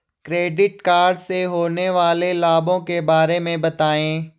Credit card से होने वाले लाभों के बारे में बताएं?